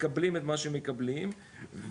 מקבלים את מה שמקבלים וכאילו,